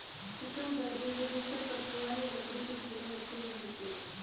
chicken दड़बे के बिस्तर पर पुआल या लकड़ी की छीलन रखी जा सकती है